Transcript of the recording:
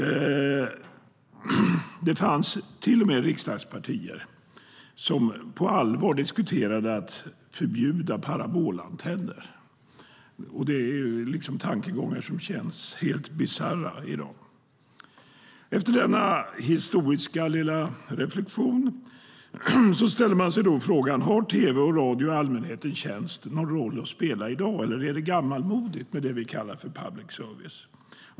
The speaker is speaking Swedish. Det fanns till och med riksdagspartier som på allvar diskuterade att förbjuda parabolantenner. Det är liksom tankegångar som känns helt bisarra i dag. Efter denna historiska lilla reflexion ställer man sig frågan: Har tv och radio i allmänhetens tjänst någon roll att spela i dag, eller är det gammalmodigt med det vi kallar för public service?